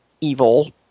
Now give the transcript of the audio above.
evil